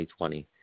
2020